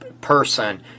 person